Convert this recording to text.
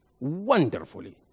wonderfully